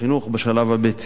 בשלב הבית-ספרי.